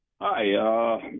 Hi